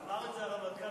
אמר את זה הרמטכ"ל.